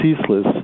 ceaseless